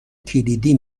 کلیدی